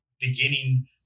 beginning